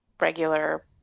regular